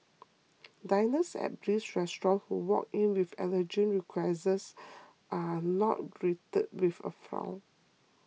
diners at Bliss Restaurant who walk in with allergen requests are not greeted with a frown